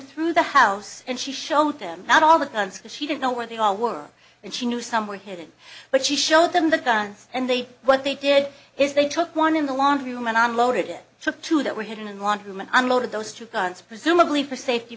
through the house and she showed them not all the guns because she didn't know where they all were and she knew some were hidden but she showed them the guns and they what they did is they took one in the laundry room and unloaded it took two that were hidden in laundry room an unloaded those two guns presumably for safety